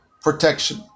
Protection